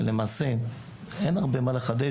שלמעשה אין הרבה מה לחדש,